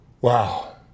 Wow